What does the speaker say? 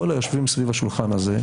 כל היושבים סביב השולחן הזה,